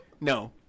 No